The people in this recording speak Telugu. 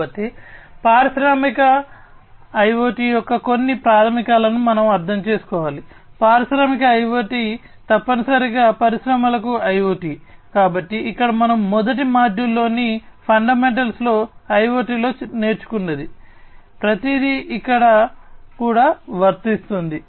కాబట్టి పారిశ్రామిక IOT IoT లో నేర్చుకున్నది ప్రతిదీ ఇక్కడ కూడా వర్తిస్తుంది